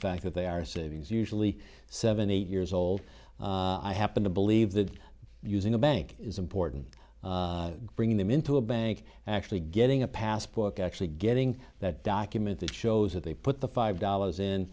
fact that they are savings usually seventy years old i happen to believe that using a bank is important bringing them into a bank actually getting a pass book actually getting that document that shows that they put the five dollars in